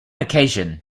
occasion